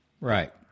Right